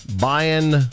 buying